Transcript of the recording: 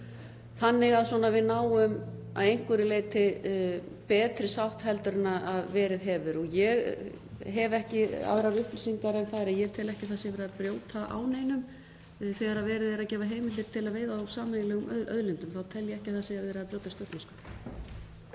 þannig að við náum að einhverju leyti betri sátt heldur en verið hefur. Ég hef ekki aðrar upplýsingar en þær að ég tel ekki að það sé verið að brjóta á neinum. Þegar verið er að gefa heimildir til að veiða úr sameiginlegum auðlindum tel ég ekki að það sé verið að brjóta stjórnarskrá.